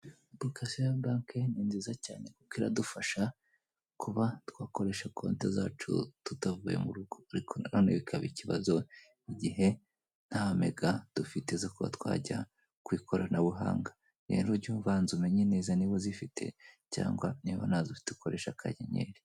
Apulikasiyo ya banke ni nziza cyane kuko iradufasha kuba twakoresha konte zacu tutavuye mu rugo ariko nanone bikaba ikibazo igihe nta mega dufite zo kuba twajya ku ikoranabuhanga, rero ujye ubanza umenye neza niba uzifite cyangwa niba ntazo ufite ukoresh akanyenyeri.